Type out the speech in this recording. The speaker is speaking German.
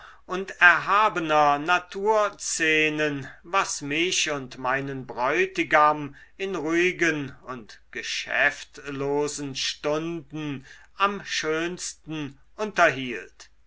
und erhabener naturszenen was mich und meinen bräutigam in ruhigen und geschäftlosen stunden am schönsten unterhielt